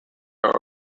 are